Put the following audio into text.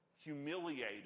humiliated